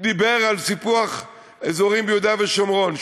דיבר על סיפוח אזורים ביהודה ושומרון,